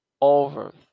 over